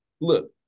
look